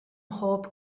mhob